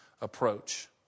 approach